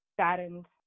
Saddened